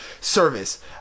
Service